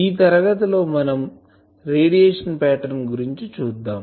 ఈ తరగతి లో మనం రేడియేషన్ పాటర్న్ గురించి చూద్దాం